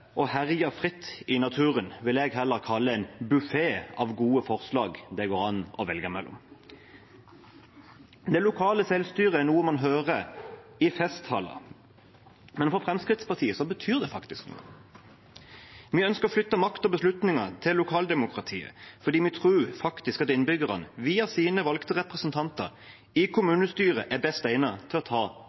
herje fritt i naturen», vil jeg heller kalle en buffé av gode forslag det går an å velge mellom. Det lokale selvstyret er noe man hører om i festtaler, men for Fremskrittspartiet betyr det faktisk noe. Vi ønsker å flytte makt og beslutninger til lokaldemokratiet fordi vi tror faktisk at innbyggerne via sine valgte representanter i kommunestyret er best egnet til å ta